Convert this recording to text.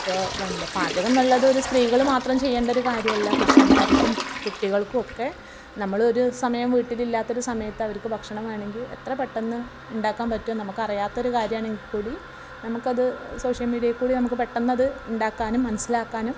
അപ്പോൾ എന്താ പാചകം എന്നുള്ളത് ഒരു സ്ത്രീകൾ മാത്രം ചെയ്യേണ്ട ഒരു കാര്യമല്ല പുരുഷന്മാർക്കും കുട്ടികൾക്കുമൊക്കെ നമ്മളൊരു സമയം വീട്ടിലില്ലാത്തൊരു സമയത്ത് അവർക്ക് ഭക്ഷണം വേണമെങ്കിൽ എത്ര പെട്ടെന്ന് ഉണ്ടാക്കാൻ പറ്റും നമുക്കറിയാത്ത ഒരു കാര്യമാണെങ്കിൽക്കൂടി നമുക്കത് സോഷ്യൽ മീഡ്യയിൽക്കൂടെ നമുക്ക് പെട്ടെന്ന് അത് ഉണ്ടാക്കാനും മനസ്സിലാക്കാനും